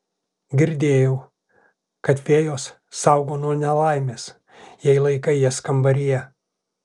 girdėjau kad fėjos saugo nuo nelaimės jei laikai jas kambaryje